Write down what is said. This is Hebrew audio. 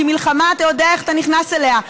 כי מלחמה, אתה יודע איך אתה נכנס אליה,